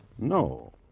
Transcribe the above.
no